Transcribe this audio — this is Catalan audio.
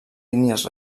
línies